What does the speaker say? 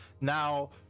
now